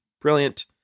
Brilliant